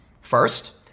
First